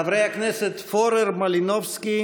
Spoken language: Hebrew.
חברי הכנסת פורר, מלינובסקי